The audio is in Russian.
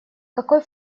какой